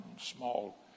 small